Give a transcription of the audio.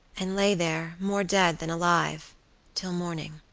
and lay there more dead than alive till morning.